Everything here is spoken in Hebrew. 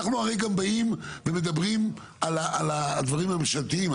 אנחנו הרי גם באים ומדברים על הדברים הממשלתיים.